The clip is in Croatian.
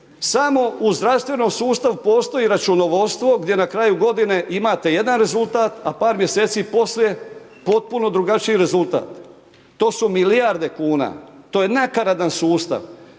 samo u zdravstvenom sustavu postoji računovodstvo, gdje na kraju godine, imate jedan rezultat, a par mjeseci poslije, potpuno drugačiji rezultat. To su milijarde kuna, to je nakaradni sustav.